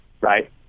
right